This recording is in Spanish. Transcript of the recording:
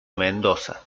mendoza